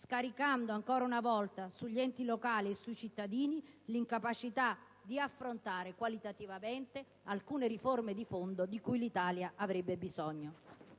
scarica ancora una volta sugli enti locali e sui cittadini l'incapacità di affrontare qualitativamente alcune riforme di fondo di cui il Paese avrebbe bisogno.